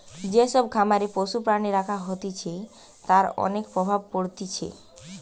যে সব খামারে পশু প্রাণী রাখা হতিছে তার অনেক প্রভাব পড়তিছে